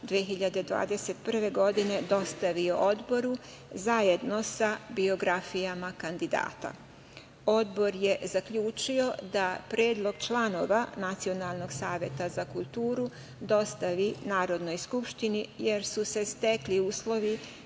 2021. godine dostavio Odboru, zajedno sa biografijama kandidata. Odbor je zaključio da Predlog članova Nacionalnog saveta za kulturu dostavi Narodnoj skupštini, jer su se stekli uslovi